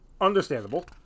understandable